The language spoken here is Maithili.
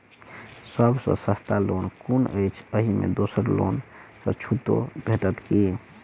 सब सँ सस्ता लोन कुन अछि अहि मे दोसर लोन सँ छुटो भेटत की?